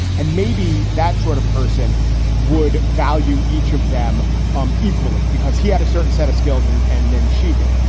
and maybe that sort of person would value each of them um equally because he had a certain set of skills and and then she did.